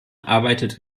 arbeitet